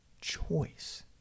Choice